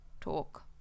talk